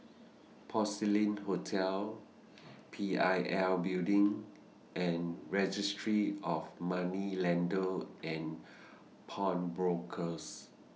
Porcelain Hotel P I L Building and Registry of Moneylenders and Pawnbrokers